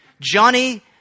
Johnny